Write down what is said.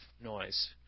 noise